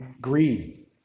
greed